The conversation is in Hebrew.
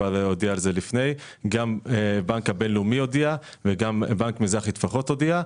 גם הבנק הבינלאומי הודיע וגם בנק מזרחי-טפחות הודיע.